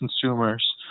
consumers